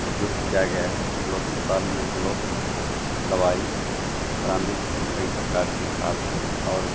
और जो किया गया है जो अस्पताल में हम लोग दवाई कराने के कई प्रकार के साधन है और